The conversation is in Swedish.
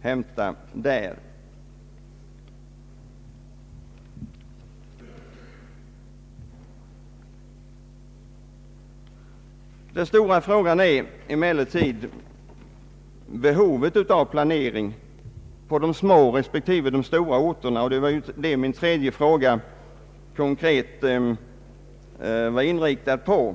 härvidlag. Den stora frågan gäller emellertid behovet av planering på de små respektive de stora orterna, och det var detta som min tredje fråga var konkret inriktad på.